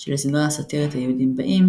של הסדרה הסאטירית היהודים באים,